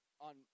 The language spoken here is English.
on